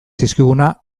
zizkiguna